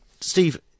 Steve